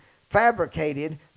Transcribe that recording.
fabricated